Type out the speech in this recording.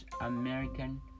American